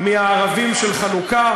מהערבים של חנוכה,